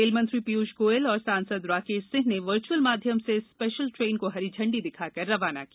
रेलमंत्री पीयूष गोयल और सांसद राकेश सिंह ने वर्चुअल माध्यम से इस स्पेशल ट्रेन को हरी झण्डी दिखाकर रवाना किया